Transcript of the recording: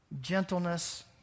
gentleness